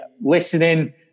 listening